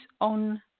on